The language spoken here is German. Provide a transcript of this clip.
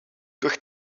durch